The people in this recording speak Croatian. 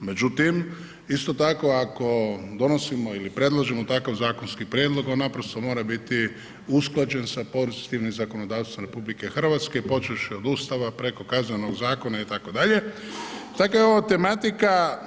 Međutim, isto tako ako donosimo ili predlažemo takav zakonski prijedlog on naprosto mora biti usklađen sa pozitivnim zakonodavstvom RH, počevši od Ustava preko Kaznenog zakona itd., tako je ovo tematika,